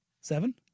Seven